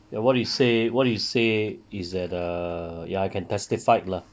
ya what you say what you say is that err ya I can testified lah